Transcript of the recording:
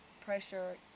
pressure